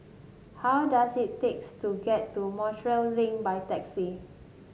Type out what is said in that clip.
how does it takes to get to Montreal Link by taxi